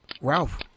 Ralph